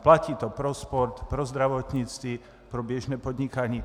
Platí to pro sport, pro zdravotnictví, pro běžné podnikání.